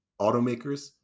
automakers